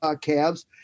calves